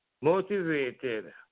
motivated